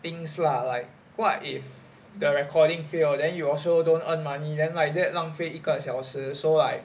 things lah like what if the recording fail then you also don't earn money then like that 浪费一个小时 so like